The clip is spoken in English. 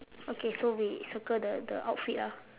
okay so we circle the the outfit ah